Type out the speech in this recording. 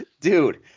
Dude